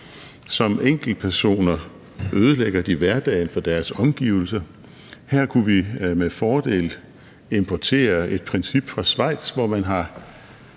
Som enkeltpersoner ødelægger de hverdagen for deres omgivelser. Her kunne vi med fordel importere et princip fra Schweiz, hvor man har